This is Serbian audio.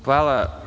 Hvala.